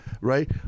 Right